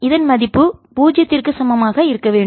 இதன் மதிப்பு பூஜ்ஜியத்திற்கு சமமாக இருக்க வேண்டும்